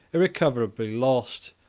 irrecoverably lost,